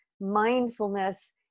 mindfulness